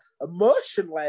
emotionally